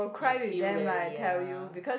you feel very ya